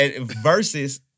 Versus